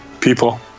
people